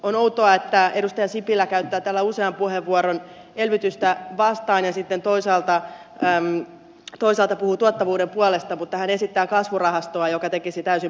on outoa että edustaja sipilä käyttää täällä usean puheenvuoron elvytystä vastaan ja sitten toisaalta puhuu tuottavuuden puolesta mutta hän esittää kasvurahastoa joka tekisi täysin päinvastaista